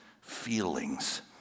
feelings